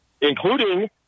including –